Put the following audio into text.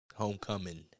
homecoming